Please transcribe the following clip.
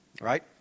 right